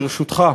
ברשותך,